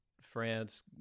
France